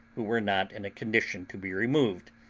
who were not in a condition to be removed,